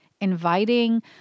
inviting